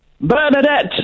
Bernadette